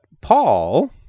Paul